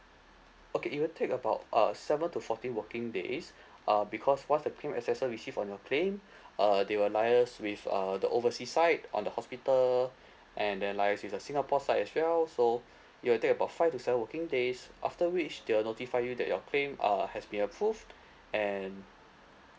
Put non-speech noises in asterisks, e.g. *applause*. okay it will take about uh seven to fourteen working days *breath* uh because once the claim assessor received on your claim *breath* uh they will liaise with uh the oversea side on the hospital *breath* and then liaise with the singapore side as well so *breath* it will take about five to seven working days after which they will notify you that your claim uh has been approved *breath* and